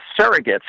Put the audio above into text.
surrogates